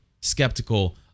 skeptical